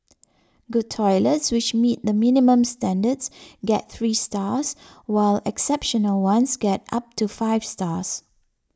good toilets which meet the minimum standards get three stars while exceptional ones get up to five stars